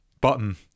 button